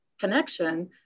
connection